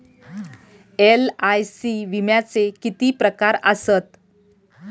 LIC विम्याचे किती प्रकार आसत?